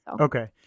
Okay